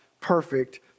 perfect